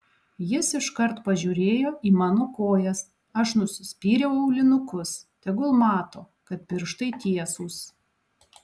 jis iškart pažiūrėjo į mano kojas aš nusispyriau aulinukus tegul mato kad pirštai tiesūs